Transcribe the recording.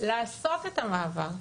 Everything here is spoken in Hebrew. לעשות את המעבר,